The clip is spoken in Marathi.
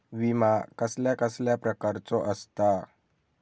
विमा कसल्या कसल्या प्रकारचो असता?